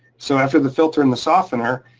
so after the filter and the softener,